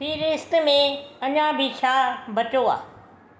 फ़हिरिस्त में अञा बि छा बचियो आहे